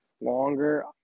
longer